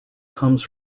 comes